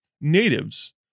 natives